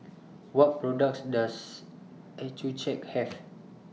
What products Does Accucheck Have